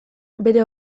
bere